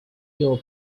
your